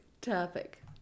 topic